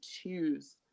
choose